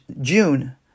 June